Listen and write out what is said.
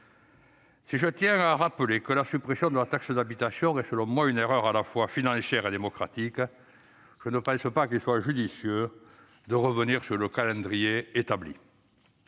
Si- je tiens à le rappeler -la suppression de la taxe d'habitation est une erreur à la fois financière et démocratique, il ne me semble pas judicieux de revenir sur le calendrier établi.